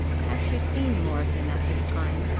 had she seen more of him at this time,